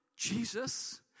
Jesus